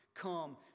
come